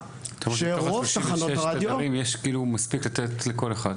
השאלה אם 2 תדרים, יש מספיק לתת לכל אחד.